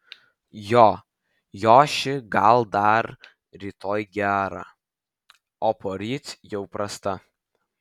jo jo ši gal dar rytoj gerą o poryt jau prastą